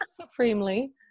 supremely